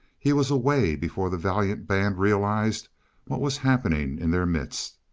he was away before the valiant band realized what was happening in their midst.